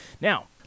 Now